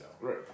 Right